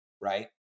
right